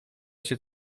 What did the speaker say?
się